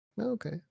Okay